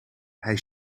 hij